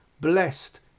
blessed